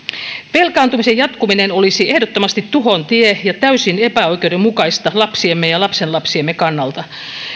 velkaantumisen jatkuminen olisi ehdottomasti tuhon tie ja täysin epäoikeudenmukaista lapsiemme ja lastenlapsiemme kannalta